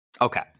Okay